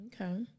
Okay